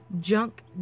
junk